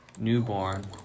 Newborn